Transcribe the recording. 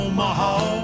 Omaha